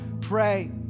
pray